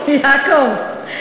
יעקב.